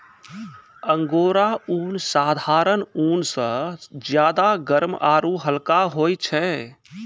angora ऊन साधारण ऊन स ज्यादा गर्म आरू हल्का होय छै